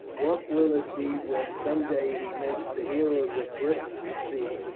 what will it be when some day he makes the heroes of britain his theme,